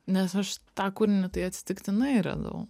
nes aš tą kūrinį tai atsitiktinai radau